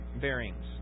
bearings